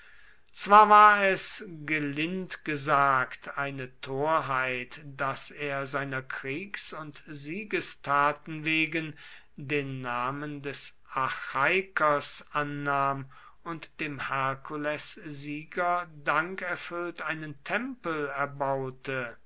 zwar war es gelind gesagt eine torheit daß er seiner kriegs und siegestaten wegen den namen des achaikers annahm und dem hercules sieger dankerfüllt einen tempel erbaute